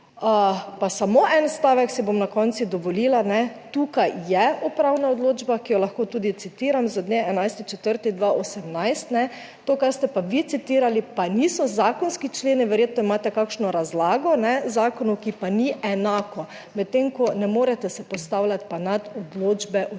Pa samo en stavek si bom na koncu dovolila. Tukaj je upravna odločba, ki jo lahko tudi citiram z dne 11. 4. 2018, to kar ste pa vi citirali, pa niso zakonski členi, verjetno imate kakšno razlago zakonu, ki pa ni enako, medtem ko ne morete se postavljati pa nad odločbe upravnih